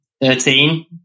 Thirteen